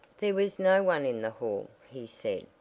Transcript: there was no one in the hall, he said,